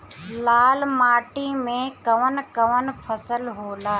लाल माटी मे कवन कवन फसल होला?